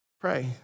Pray